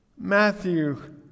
Matthew